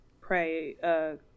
Pray